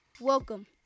Welcome